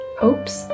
hopes